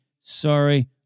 Sorry